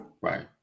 Right